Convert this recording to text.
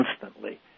constantly